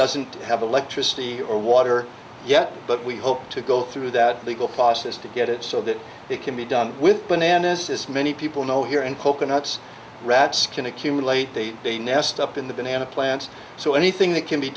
doesn't have electricity or water yet but we hope to go through that legal process to get it so that it can be done with bananas as many people know here and coconuts rats can accumulate they they nest up in the banana plant so anything that can be